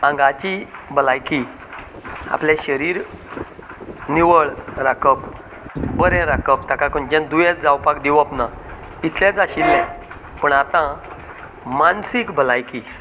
आंगाची भलायकी आपले शरीर निवळ राखप बरें राखप ताका खंयचेच दुयेंस जावपाक दिवप ना इतलेंच आशिल्ले पूण आता मानसीक भलायकी